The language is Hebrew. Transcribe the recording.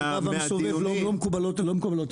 הסיבה והמסובב לא מקובלת עליי.